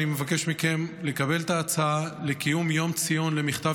אני מבקש מכם לקבל את ההצעה לקיום יום ציון למכתב